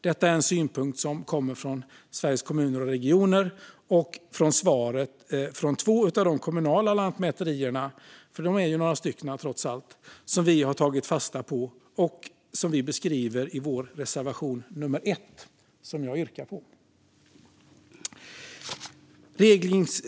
Detta är en synpunkt som kommer från Sveriges Kommuner och Regioner och från svaret från två av de kommunala lantmäterierna - de är några stycken trots allt - som vi har tagit fasta på och som vi beskriver i vår reservation 1, som jag yrkar bifall till.